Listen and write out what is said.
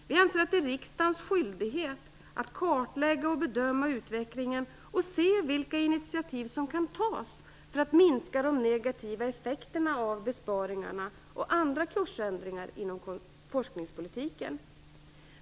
Vi anser att det är riksdagens skyldighet att kartlägga och bedöma utvecklingen och se vilka initiativ som kan tas för att minska de negativa effekterna av besparingarna och andra kursändringar inom forskningspolitiken.